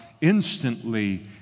instantly